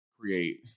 create